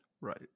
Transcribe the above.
Right